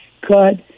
cut